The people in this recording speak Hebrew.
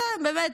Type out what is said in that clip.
באמת,